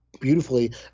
beautifully